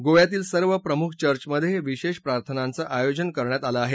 गोव्यातील सर्व प्रमुख चर्चमधे विशेष प्रार्थनांचं आयोजन करण्यात आलं आहे